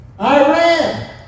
Iran